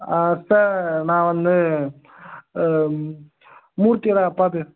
ஆ sir நான் வந்து மூர்த்தியோடய அப்பா பேச